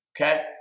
Okay